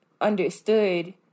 understood